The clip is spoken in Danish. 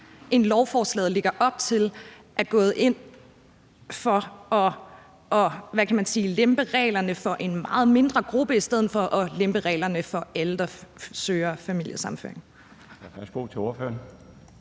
end lovforslaget lægger op til, er gået ind for at lempe reglerne en meget mindre gruppe i stedet for at lempe reglerne for alle, der søger familiesammenføring?